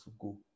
go